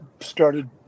started